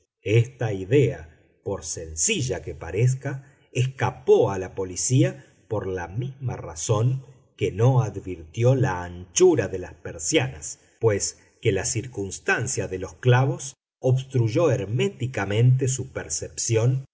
esta idea por sencilla que parezca escapó a la policía por la misma razón que no advirtió la anchura de las persianas pues que la circunstancia de los clavos obstruyó herméticamente su percepción